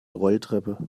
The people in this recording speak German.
rolltreppe